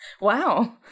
wow